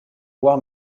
voir